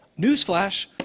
Newsflash